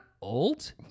old